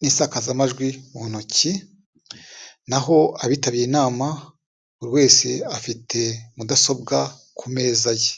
n'isakazamajwi mu ntoki, naho abitabiriye inama buri wese afite Mudasobwa ku meza ye.